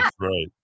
right